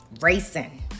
Racing